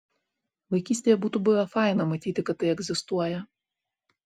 vaikystėje būtų buvę faina matyti kad tai egzistuoja